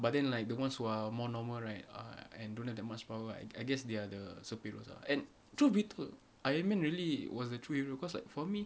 but then like the ones who are more normal right ah and don't have that much power I I guess they are the superheroes ah and truth be told iron man really was the truth hero cause like for me